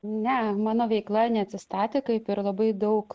ne mano veikla neatsistatė kaip ir labai daug